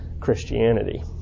Christianity